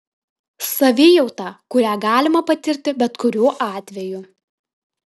savijauta kurią galima patirti bet kuriuo atveju